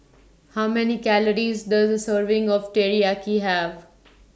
How Many Calories Does A Serving of Teriyaki Have